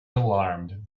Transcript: alarmed